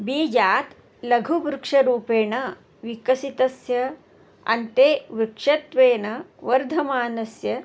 बीजात् लघुवृक्षरूपेण विकसितस्य अन्ते वृक्षत्वेन वर्धमानस्य